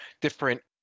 different